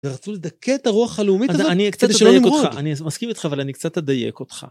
ורצו לדכא את הרוח הלאומית, אז אני קצת אדייק אותך. אני מסכים איתך, אבל אני קצת אדייק אותך.